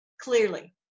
clearly